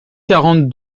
quarante